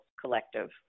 Collective